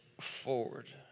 forward